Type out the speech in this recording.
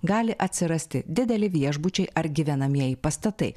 gali atsirasti dideli viešbučiai ar gyvenamieji pastatai